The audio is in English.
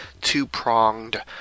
two-pronged